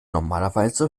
normalerweise